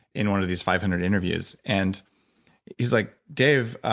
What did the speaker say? in one of these five hundred interviews. and he was like, dave,